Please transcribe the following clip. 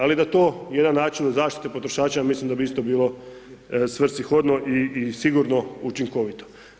Ali da to jedan način zaštite potrošača, mislim da bi isto bilo svrsishodno i sigurno učinkovito.